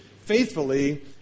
faithfully